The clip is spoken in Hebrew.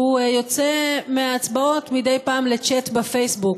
שהוא יוצא מההצבעות מדי פעם לצ'אט בפייסבוק.